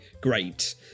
great